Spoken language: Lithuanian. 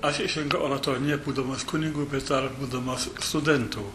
aš isišrinkau oratoriją nebūdamas kunigu bet dar būdamas studentu